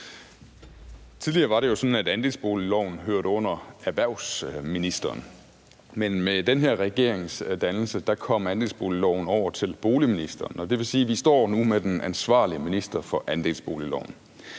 Tidligere var det jo sådan, at andelsboligloven hørte under erhvervsministeren, men med den her regerings dannelse kom andelsboligloven over til boligministeren, og det vil sige, at vi nu står med den ansvarlige minister for andelsboligloven.